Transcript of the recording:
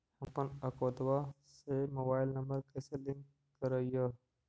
हमपन अकौउतवा से मोबाईल नंबर कैसे लिंक करैइय?